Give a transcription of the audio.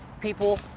people